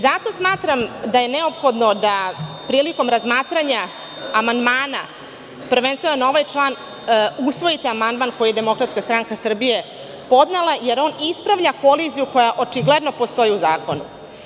Zato smatram da je neophodno da prilikom razmatranja amandmana, prvenstveno na ovaj član, usvojite amandman koji je DSS podnela jer on ispravlja koliziju koja očigledno postoji u zakonu.